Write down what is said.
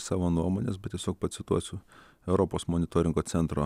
savo nuomonės bet tiesiog pacituosiu europos monitoringo centro